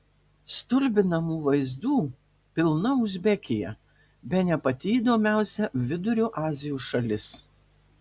stulbinamų vaizdų pilna uzbekija bene pati įdomiausia vidurio azijos šalis